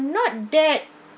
not that